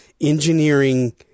engineering